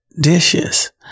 dishes